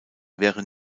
wäre